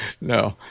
No